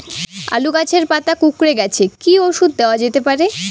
আলু গাছের পাতা কুকরে গেছে কি ঔষধ দেওয়া যেতে পারে?